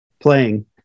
playing